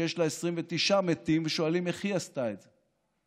שיש לה 29 מתים, ושואלים איך היא עשתה את זה.